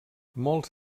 molts